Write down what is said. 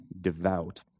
devout